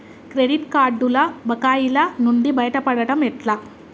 Credit కార్డుల బకాయిల నుండి బయటపడటం ఎట్లా?